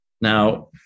Now